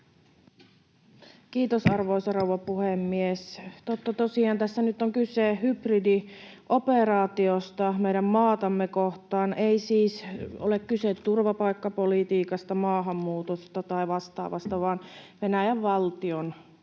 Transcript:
Kiitos, arvoisa rouva puhemies! Totta tosiaan tässä nyt on kyse hybridioperaatiosta meidän maatamme kohtaan — ei siis ole kyse turvapaikkapolitiikasta, maahanmuutosta tai vastaavasta, vaan Venäjän valtion masinoimasta